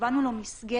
קבענו לו מסגרת,